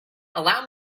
allow